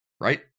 right